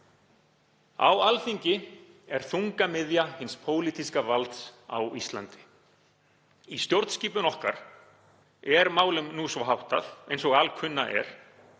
Á Alþingi er þungamiðja hins pólitíska valds á Íslandi. Í stjórnskipun okkar er málum nú svo háttað, eins og alkunna er,